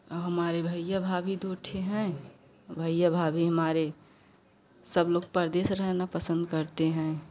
और हमारे भैया भाभी दू ठो हैं भैया भाभी हमारे सब लोग परदेश रहना पसंद करते हैं